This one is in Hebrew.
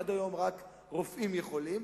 עד היום, רק רופאים יכולים.